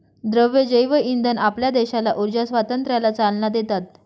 द्रव जैवइंधन आपल्या देशाला ऊर्जा स्वातंत्र्याला चालना देतात